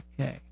Okay